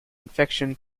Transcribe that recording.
infection